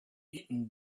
eaten